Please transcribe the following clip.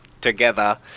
together